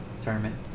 tournament